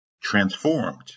transformed